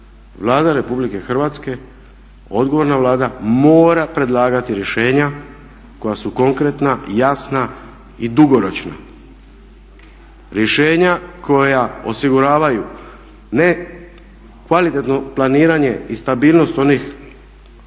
Vlada RH, odgovorna Vlada mora predlagati rješenja koja su konkretna, jasna i dugoročna, rješenja koja osiguravaju ne kvalitetno planiranje i stabilnost onih koji